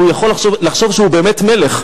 כי הוא יכול לחשוב שהוא באמת מלך,